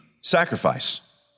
sacrifice